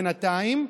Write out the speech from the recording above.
בינתיים,